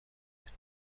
بود